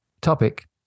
topic